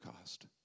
cost